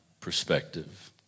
perspective